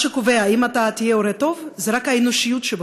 מה שקובע אם אתה תהיה הורה טוב זה רק האנושיות שבך,